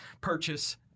purchase